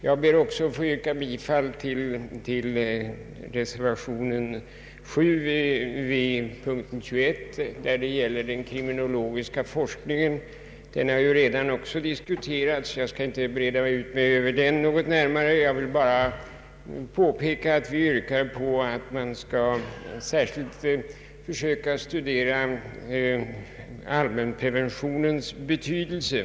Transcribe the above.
Jag kommer också, herr talman, att yrka bifall till reservationen vid punkten 21, som gäller den kriminologiska forsk ningen. Den frågan har ju också diskuterats här, och jag skall inte gå in på den närmare. Jag vill bara påpeka att vi yrkar att man särskilt skall försöka studera allmänpreventionens betydelse.